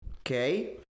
Okay